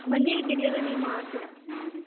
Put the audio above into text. ಮನೆಗೆ ಡಿಲೆವರಿ ಮಾಡ್ತೀರಾ ಏನು ರೀ ನೀವು